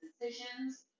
decisions